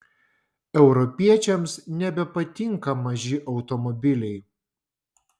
europiečiams nebepatinka maži automobiliai